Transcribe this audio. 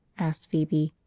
asks phoebe.